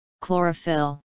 chlorophyll